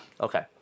Okay